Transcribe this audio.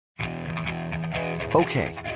Okay